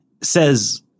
says